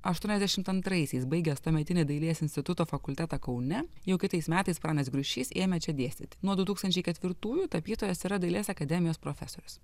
aštuoniasdešimt antraisiais baigęs tuometinį dailės instituto fakultetą kaune jau kitais metais pranas griušys ėmė čia dėstyti nuo du tūkstančiai ketvirtųjų tapytojas yra dailės akademijos profesorius